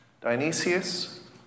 Dionysius